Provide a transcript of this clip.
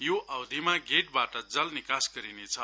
यो अवधिमा गेटबाट जल निकास गरिनेछ